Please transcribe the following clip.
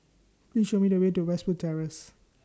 Please Show Me The Way to Westwood Terrace